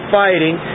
fighting